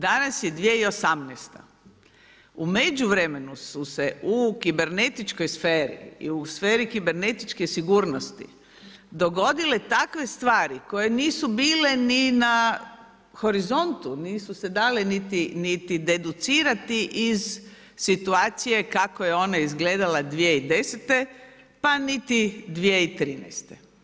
Danas je 2018. u međuvremenu su se u kibernetičkoj sferi i u sferi kibernetičke sigurnosti, dogodile takve stvari koje nisu bile ni na horizontu, nisu se dale niti deducirati iz situacije kako je ona izgledala iz 2010. pa niti 2013.